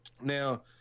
now